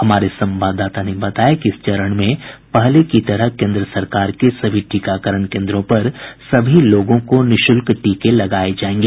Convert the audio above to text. हमारे संवाददाता ने बताया है कि इस चरण में पहले की तरह केन्द्र सरकार के सभी टीकाकरण केन्द्रों पर सभी लोगों को निःशुल्क टीका लगाया जाएगा